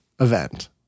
event